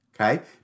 okay